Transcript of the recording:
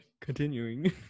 continuing